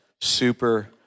super